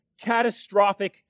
catastrophic